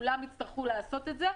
כולם יצטרכו לעשות את זה.